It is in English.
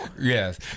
Yes